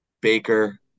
Baker